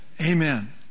Amen